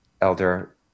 elder